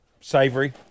Savory